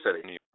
City